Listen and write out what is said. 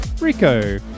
Rico